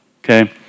Okay